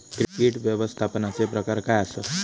कीड व्यवस्थापनाचे प्रकार काय आसत?